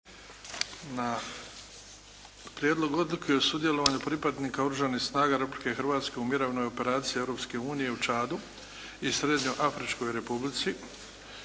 - Prijedlog odluke o sudjelovanju Oružanih snaga Republike Hrvatske u Mirovnoj operaciji Europske unije u Čadu i Srednjeafričkoj Republici,